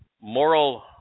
moral